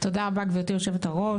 תודה רבה גברתי היושבת-ראש,